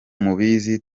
mubizi